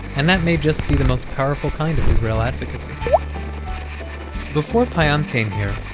and that may just be the most powerful kind of israel advocacy before payam came here,